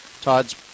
Todd's